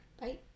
Bye